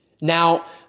Now